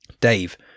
Dave